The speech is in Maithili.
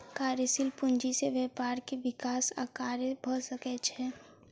कार्यशील पूंजी से व्यापार के विकास आ कार्य भ सकै छै